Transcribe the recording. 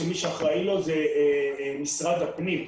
שמי שאחראי לו הוא משרד הפנים.